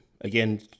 again